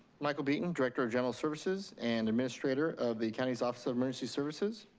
michael beaton, director of general services and administrator of the county's office of emergency services.